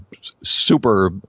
super